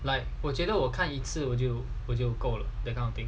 like 我觉得我看一次我就我就了够了 that kind of thing